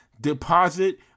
deposit